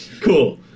cool